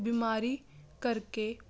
ਬਿਮਾਰੀ ਕਰਕੇ